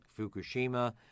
Fukushima